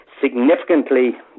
significantly